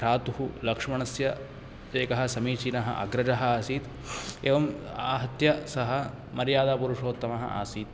भ्रातुः लक्ष्मणस्य एकः समीचीनः अग्रजः आसीत् एवम् आहत्य सः मर्यादापुरुषोत्तमः आसीत्